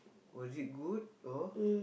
was it good or